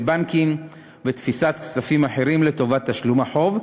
בנקים ותפיסת כספים אחרים לטובת תשלום החוב,